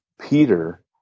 Peter